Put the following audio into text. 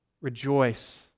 rejoice